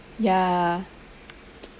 ya